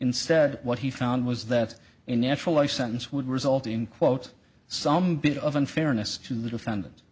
instead what he found was that in natural life sentence would result in quotes some bit of unfairness to the defendant